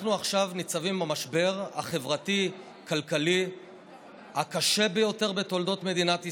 אנחנו עכשיו ניצבים במשבר החברתי-כלכלי הקשה ביותר בתולדות מדינת ישראל.